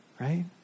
Right